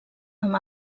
amb